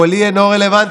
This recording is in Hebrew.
קולי אינו רלוונטי,